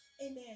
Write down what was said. Amen